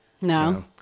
No